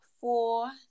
four